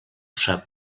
sap